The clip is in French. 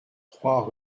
trois